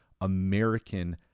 American